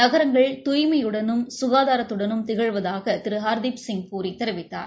நகரங்கள் தூய்மையுடனும் சுகாதாரத்துடனும் திகழ்வதாக திரு ஹர்தீப் சிங் பூரி தெரிவித்தார்